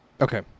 Okay